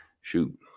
shoot